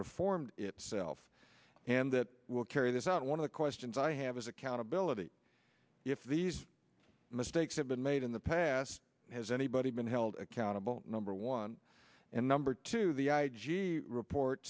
reformed itself and that will carry this out one of the questions i have is accountability if these mistakes have been made in the past has anybody been held accountable number one and number two the i g report